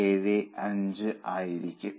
875 ആയിരിക്കണം